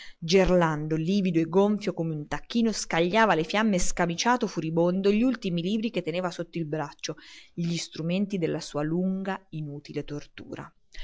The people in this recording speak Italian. gerlando livido e gonfio come un tacchino scagliava alle fiamme scamiciato furibondo gli ultimi libri che teneva sotto il braccio gli strumenti della sua lunga inutile tortura